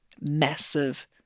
massive –